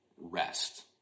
rest